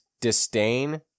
disdain